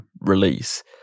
release